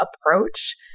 approach